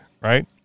Right